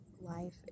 life